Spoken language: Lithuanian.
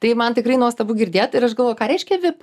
tai man tikrai nuostabu girdėt ir aš galvoju ką reiškia vip